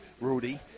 Rudy